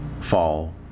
fall